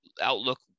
outlook